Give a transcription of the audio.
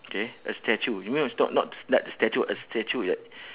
K a statue you know it's not not s~ not the statue a statue ya